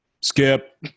skip